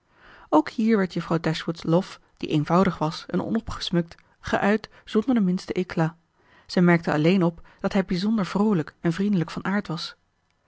ook hier werd juffrouw dashwood's lof die eenvoudig was en onopgesmukt geuit zonder den minsten éclat zij merkte alleen op dat hij bijzonder vroolijk en vriendelijk van aard was